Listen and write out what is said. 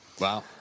Wow